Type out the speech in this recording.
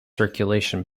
circulation